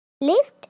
Lift